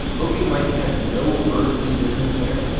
looking like it has no earthly business there,